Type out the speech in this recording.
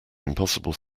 impossible